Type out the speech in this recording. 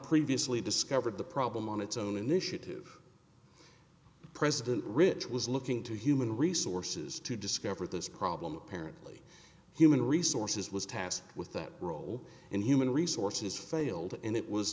previously discovered the problem on its own initiative president rich was looking to human resources to discover this problem apparently human resources was tasked with that role and human resources failed and it was